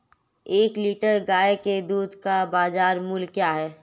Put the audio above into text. एक लीटर गाय के दूध का बाज़ार मूल्य क्या है?